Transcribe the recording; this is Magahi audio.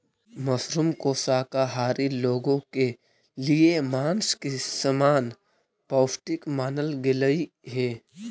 मशरूम को शाकाहारी लोगों के लिए मांस के समान पौष्टिक मानल गेलई हे